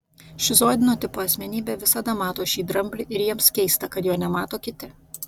šizoidinio tipo asmenybė visada mato šį dramblį ir jiems keista kad jo nemato kiti